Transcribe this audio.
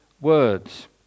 words